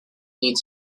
need